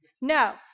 No